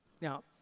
Now